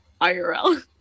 IRL